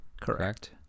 correct